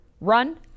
Run